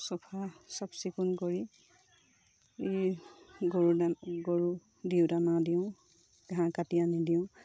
চফা চাফ চিকুণ কৰি গৰু দানা গৰু দিওঁ দানা দিওঁ ঘাঁহ কাটি আনি দিওঁ